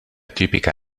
tipica